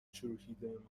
چروکیدهمان